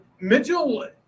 Mitchell